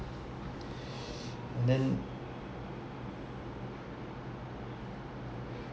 and then